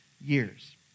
years